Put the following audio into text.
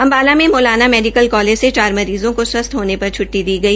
अम्बाला मे Maulana medical college से चार मरीज़ों को स्वस्थ होने पर छुटटी दी गई